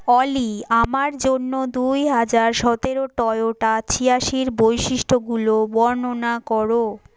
অলি আমার জন্য দুই হাজার সতেরো টয়োটা ছিয়াশির বৈশিষ্ট্যগুলো বর্ণনা করো